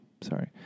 sorry